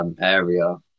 area